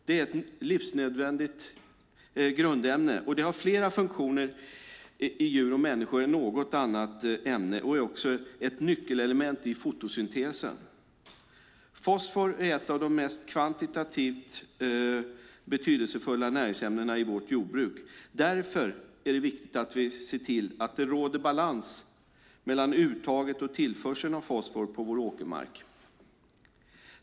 Det är ett livsnödvändigt grundämne som har fler funktioner i djur och människor än något annat ämne, och det är också ett nyckelelement i fotosyntesen. Fosfor är ett av de kvantitativt mest betydelsefulla näringsämnena i vårt jordbruk. Därför är det viktigt att vi ser till att det råder balans mellan uttaget och tillförseln av fosfor på vår åkermark.